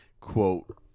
quote